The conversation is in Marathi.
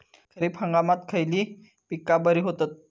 खरीप हंगामात खयली पीका बरी होतत?